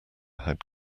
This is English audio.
had